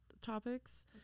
topics